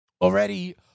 Already